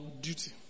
duty